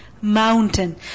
Mountain